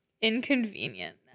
inconvenient